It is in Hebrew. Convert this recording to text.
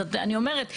אז אני אומרת,